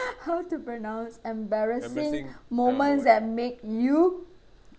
how to pronounce embarrassing moments that make you